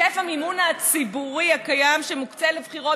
היקף המימון הציבורי הקיים שמוקצה לבחירות